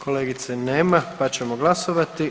Kolegice nema pa ćemo glasovati.